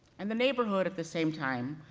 and the neighborhood, at the same time,